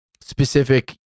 specific